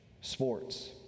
sports